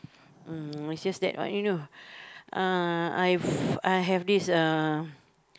uh it's just that what you know ah I I have this uh